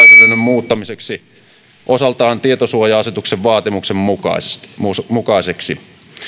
muuttamiseksi osaltaan tietosuoja asetuksen vaatimusten mukaisiksi mukaisiksi